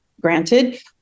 granted